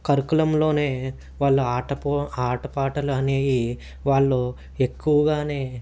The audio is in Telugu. కరికులంలోనే వాళ్ళు ఆట ఆట పాటలు అనేవి వాళ్ళు ఎక్కువగానే